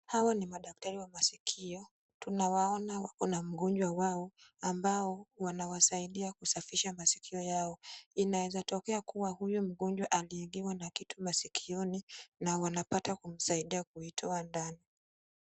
Hawa ni madaktari wa sikio. Tunawaona wako na mgonjwa wao ambao wanawasaidia kusafisha masikio yao inaweza tokea kuwa huyu mgonjwa aliingiwa na kitu masikioni na wanapata kumsaidia kuitoa ndani.